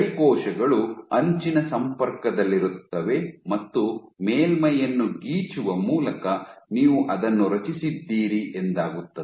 ಗಡಿ ಕೋಶಗಳು ಅಂಚಿನ ಸಂಪರ್ಕದಲ್ಲಿರುತ್ತವೆ ಮತ್ತು ಮೇಲ್ಮೈಯನ್ನು ಗೀಚುವ ಮೂಲಕ ನೀವು ಅದನ್ನು ರಚಿಸಿದ್ದೀರಿ ಎಂದಾಗುತ್ತದೆ